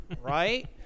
right